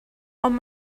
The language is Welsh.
ond